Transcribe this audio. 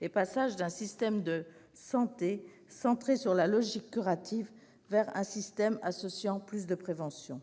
le passage d'un système de santé centré sur la logique curative à un système plus soucieux de prévention.